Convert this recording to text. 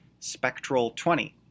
SPECTRAL20